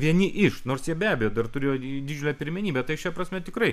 vieni iš nors jie be abejo dar turėjo didelę pirmenybę tai šia prasme tikrai